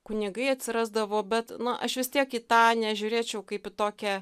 kunigai atsirasdavo bet na aš vis tiek į tą nežiūrėčiau kaip į tokią